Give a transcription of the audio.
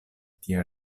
tia